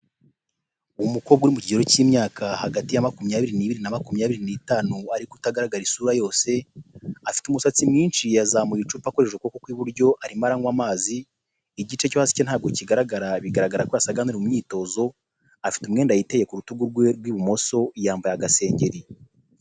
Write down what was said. Uwo mukobwa uri mu kigero cy'imyaka hagati ya makumyabiri n'ibiri na makumyabiri n'itanu ariko utagaragara isura yose afite umusatsi mwinshi yazamuye icupa akoresheje ukuboko k'iburyo arimo anywa amazi, igice cyosi cye ntabwo kigaragara bigaragara koyasaga nkuri mu myitozo afite umwenda yiteye ku rutugu rwe rw'ibumoso yambaye isengeri.